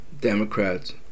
Democrats